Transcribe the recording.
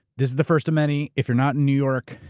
this is the first of many. if you're not in new york,